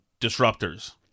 disruptors